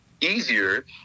easier